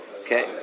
okay